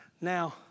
Now